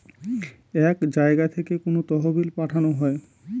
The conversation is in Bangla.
এক জায়গা থেকে কোনো তহবিল পাঠানো হয়